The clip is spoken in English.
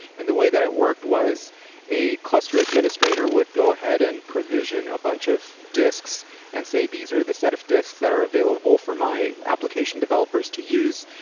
and the way that it worked was a cluster administrator would go ahead and provision a bunch of disks and say, these are the set of disks that are available for my application developers to use,